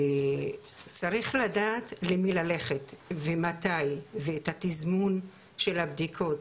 צריך לדעת למי ללכת ומתי, את התזמון של הבדיקות,